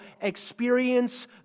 experience